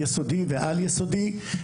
יסודי ועל-יסודי,